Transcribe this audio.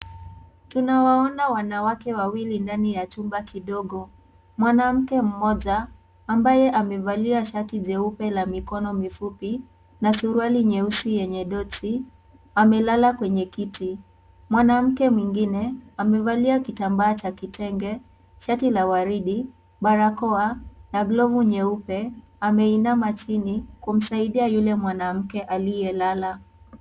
Tunawaona wanawake wawili ndani ya chumba kidogo. Mwanamke mmoja, ambaye amevalia shati jeupe la mikono mifupi na suruali nyeusi yenye doti, amelala kwenye kiti. Mwanamke mwingine amevalia kitambaa cha kitenge, shati la waridi, barakoa na glovu nyeupe. Ameinama chini kumsaidia yule mwanamke aliyelala.